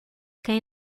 quem